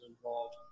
involved